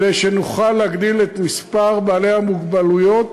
כדי שנוכל להגדיל את מספר בעלי המוגבלויות.